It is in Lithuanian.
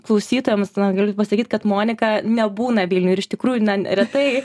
klausytojams na galiu pasakyt kad monika nebūna vilniuj ir iš tikrųjų na retai